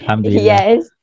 Yes